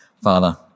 Father